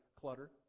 clutter